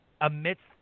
amidst